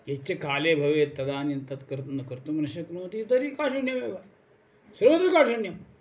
यच्च काले भवेत् तदानीन्तत् कर्तुं न कर्तुं न शक्नोति तर्हि काठिन्यमेव सर्वत्र काठिन्यम्